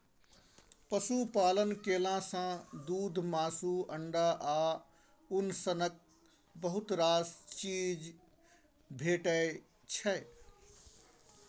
पशुपालन केला सँ दुध, मासु, अंडा आ उन सनक बहुत रास चीज भेटै छै